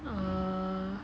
oo